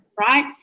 right